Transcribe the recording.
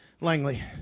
Langley